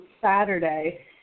Saturday